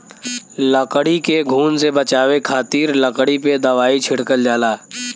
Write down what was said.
लकड़ी के घुन से बचावे खातिर लकड़ी पे दवाई छिड़कल जाला